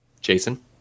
Jason